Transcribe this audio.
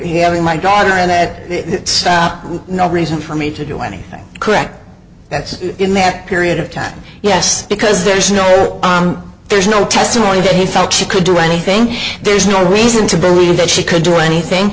having my daughter in it it stopped no reason for me to do anything correct that's in that period of time yes because there's no there's no testimony that he felt she could do anything there's no reason to believe that she could do anything